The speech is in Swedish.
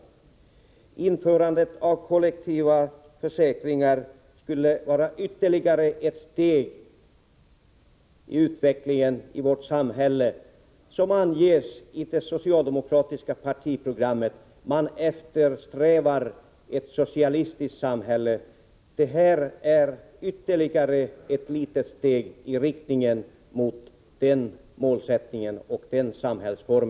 Införandet av kollektiva försäkringar skulle vara ytterligare ett steg i den utveckling av vårt samhälle som anges i det socialdemokratiska partiprogrammet, som innebär att man eftersträvar ett socialistiskt samhälle. Detta är ytterligare ett litet steg i riktning mot en sådan målsättning och en sådan samhällsform.